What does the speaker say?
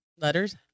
letters